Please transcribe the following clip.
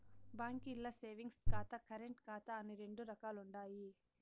బాంకీల్ల సేవింగ్స్ ఖాతా, కరెంటు ఖాతా అని రెండు రకాలుండాయి